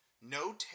No